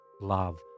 love